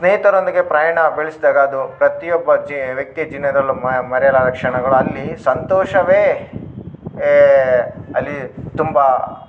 ಸ್ನೇಹಿತರೊಂದಿಗೆ ಪ್ರಯಾಣ ಬೆಳೆಸ್ದಾಗ ಅದು ಪ್ರತಿಯೊಬ್ಬ ಜೆ ವ್ಯಕ್ತಿ ಜೀವನದಲ್ಲು ಮರೆಯಲಾದ ಕ್ಷಣಗಳು ಅಲ್ಲಿ ಸಂತೋಷವೇ ಏ ಅಲ್ಲಿ ತುಂಬ